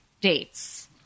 dates